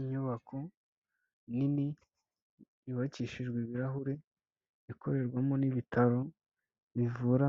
Inyubako nini yubakishijwe ibirahure ikorerwamo n'ibitaro bivura